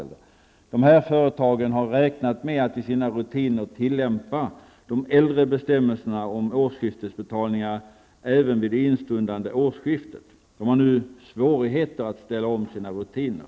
De här företagen har räknat med att i sina rutiner tillämpa de äldre bestämmelserna om årsskiftesbetalningar även vid det instundande årsskiftet, och de har nu svårigheter att ställa om sina rutiner.